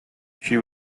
she